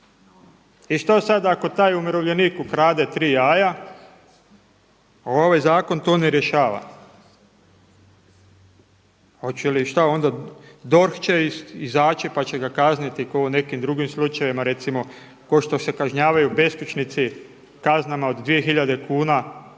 I što sada ako taj umirovljenik ukrade tri jaja ovaj zakon to ne rješava. Hoće li šta onda, DORH će izaći pa će ga kazniti kao u nekim drugim slučajevima, recimo kao što se kažnjavaju beskućnici kaznama od 2